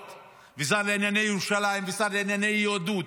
שר לענייני מינהלות ושר לענייני ירושלים ושר לענייני יהדות.